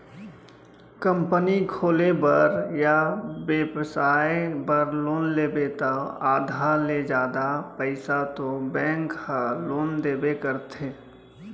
company खोले बर या बेपसाय बर लोन लेबे त आधा ले जादा पइसा तो बेंक ह लोन देबे करथे